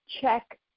check